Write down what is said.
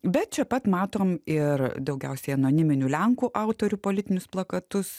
bet čia pat matom ir daugiausiai anoniminių lenkų autorių politinius plakatus